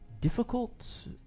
difficult